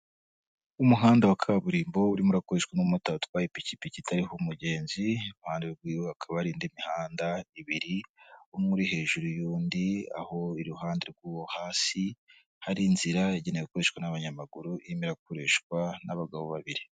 Umuhanda wa kaburimbo urimo urakoreshwa n'umumota utwaye ipikipikitariho umugenzi, wahande akabarinda imihanda ibiri, umwe uri hejuru y'undi aho iruhande rw'uwo hasi hari inzira yagenewe gukoreshwa n'abanyamaguru imerakoreshwa n'abagabo babiri.